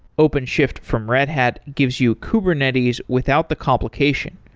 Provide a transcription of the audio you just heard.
openshift from red hat gives you kubernetes without the complication.